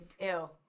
Ew